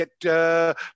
get